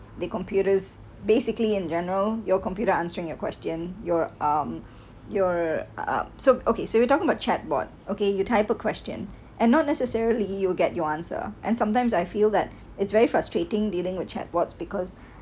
the computers basically in general your computer answering your question your um your so okay so we're talking about chat board okay you type a question and not necessarily you'll get your answer and sometimes I feel that it's very frustrating dealing with chat board because